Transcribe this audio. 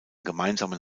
gemeinsamen